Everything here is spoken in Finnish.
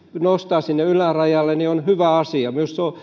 nostaa sinne ylärajalle niin on hyvä asia